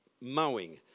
mowing